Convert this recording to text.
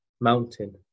mountain